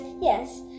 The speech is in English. yes